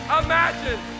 imagine